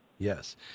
Yes